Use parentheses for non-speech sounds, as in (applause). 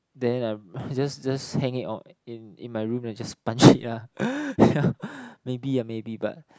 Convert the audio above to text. then I just just hang it on in in my room then I just punch (breath) it yeah (breath) yeah maybe ah maybe but